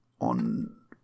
on